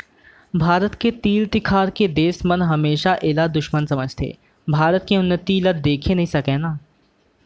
भारत के तीर तखार के देस मन हमेसा एला दुस्मन समझथें भारत के उन्नति ल देखे नइ सकय ना